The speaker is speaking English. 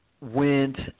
went